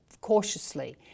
cautiously